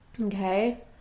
Okay